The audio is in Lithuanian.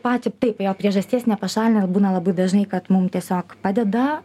patį taip jo priežasties nepašalina ir būna labai dažnai kad mum tiesiog padeda